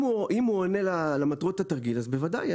אם הוא עונה על מטרות התרגיל אז בוודאי.